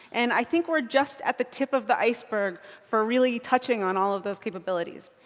and i think we're just at the tip of the iceberg for really touching on all of those capabilities.